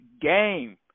game